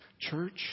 church